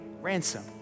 ransom